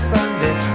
Sunday